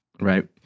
right